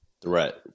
threat